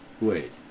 Wait